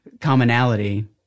commonality